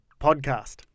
podcast